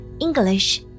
English